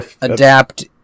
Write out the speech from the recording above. adapt